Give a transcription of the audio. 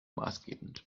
maßgebend